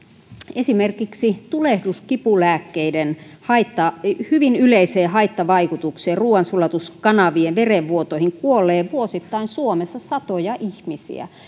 esimerkiksi tulehduskipulääkkeiden hyvin yleiseen haittavaikutukseen ruuansulatuskanavien verenvuotoihin kuolee suomessa vuosittain satoja ihmisiä